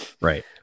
Right